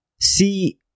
See